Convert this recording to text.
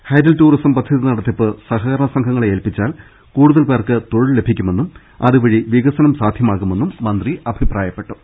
hydel tourism പദ്ധതി നടത്തിപ്പ് സഹകരണ സംഘ ങ്ങളെ ഏൽപ്പിച്ചാൽ കൂടുതൽ പേർക്ക് തൊഴിൽ ലഭിക്കുമെന്നും അതു വഴി വികസനം സാധ്യമാകുമെന്നും മന്ത്രി അഭിപ്രായപ്പെട്ടു